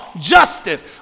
justice